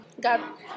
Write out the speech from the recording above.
got